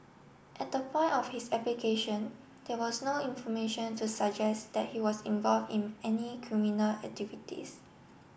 at the point of his application there was no information to suggest that he was involve in any criminal activities